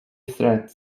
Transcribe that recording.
threat